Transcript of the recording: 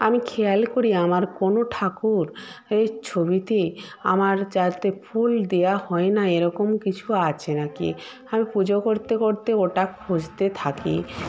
আমি খেয়াল করি আমার কোনও ঠাকুর এর ছবিতে আমার যাতে ফুল দেওয়া হয় না এরকম কিছু আছে না কি আমি পুজো করতে করতে ওটা খুঁজতে থাকি